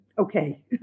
okay